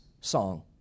song